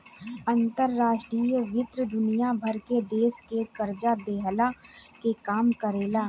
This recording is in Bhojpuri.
अंतर्राष्ट्रीय वित्त दुनिया भर के देस के कर्जा देहला के काम करेला